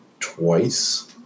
twice